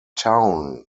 town